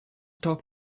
talk